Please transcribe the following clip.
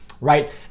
right